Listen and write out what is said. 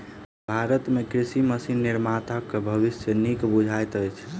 भारत मे कृषि मशीन निर्माताक भविष्य नीक बुझाइत अछि